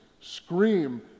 scream